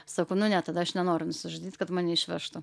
sakau nu ne tada aš nenoriu nusižudyt kad mane išvežtų